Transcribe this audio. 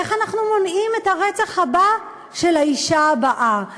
איך אנחנו מונעים את הרצח הבא של האישה הבאה?